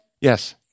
Yes